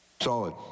solid